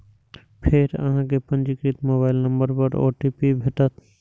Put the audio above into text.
फेर अहां कें पंजीकृत मोबाइल नंबर पर ओ.टी.पी भेटत